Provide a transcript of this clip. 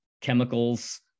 chemicals